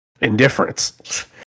Indifference